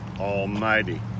Almighty